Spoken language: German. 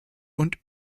und